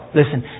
listen